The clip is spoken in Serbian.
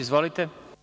Izvolite.